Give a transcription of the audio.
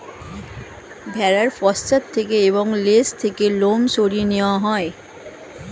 ভেড়ার পশ্চাৎ থেকে এবং লেজ থেকে লোম সরিয়ে নেওয়া হয়